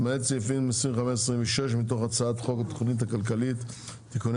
למעט סעיפים 26-25 מתוך הצעת חוק התכנית הכלכלית (תיקוני